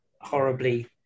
horribly